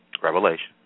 Revelation